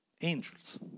angels